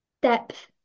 depth